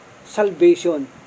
salvation